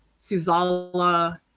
Suzala